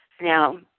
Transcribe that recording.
Now